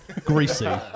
Greasy